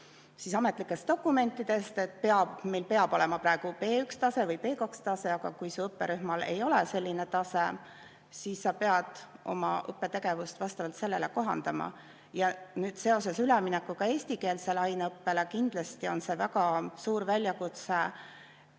ainult ametlikest dokumentidest, et meil peab olema praegu B1-tase või B2-tase, aga kui õpperühmal ei ole selline tase, siis sa pead oma õppetegevust vastavalt sellele kohandama. Seoses üleminekuga eestikeelsele aineõppele on see kindlasti väga suur väljakutse